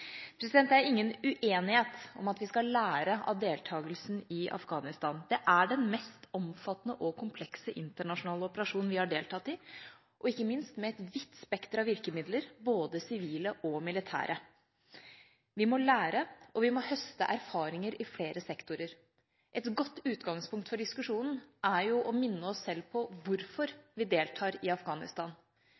anerkjennelse. Det er ingen uenighet om at vi skal lære av deltagelsen i Afghanistan. Det er den mest omfattende og komplekse internasjonale operasjonen vi har deltatt i – ikke minst med et vidt spekter av virkemidler, både sivile og militære. Vi må lære, og vi må høste erfaringer i flere sektorer. Et godt utgangspunkt for diskusjonen er å minne oss om hvorfor vi deltar i Afghanistan.